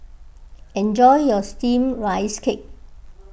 enjoy your Steamed Rice Cake